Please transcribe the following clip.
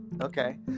Okay